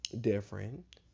different